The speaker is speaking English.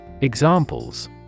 Examples